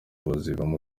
bazivamo